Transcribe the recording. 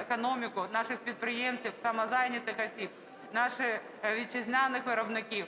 економіку, наших підприємців, самозайнятих осіб, наших вітчизняних виробників,